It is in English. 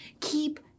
keep